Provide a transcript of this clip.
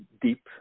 deep